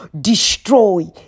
destroy